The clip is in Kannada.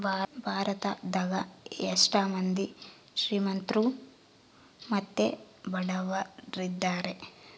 ಭಾರತದಗ ಎಷ್ಟ ಮಂದಿ ಶ್ರೀಮಂತ್ರು ಮತ್ತೆ ಬಡವರಿದ್ದಾರೆ?